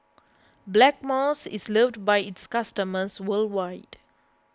Blackmores is loved by its customers worldwide